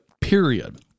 period